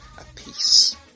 apiece